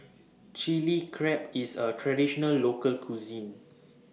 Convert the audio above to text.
Chilli Crab IS A Traditional Local Cuisine